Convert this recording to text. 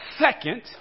second